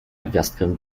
gwiazdkę